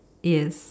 yes